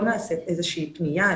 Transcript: לא נעשית איזה שהיא פניה,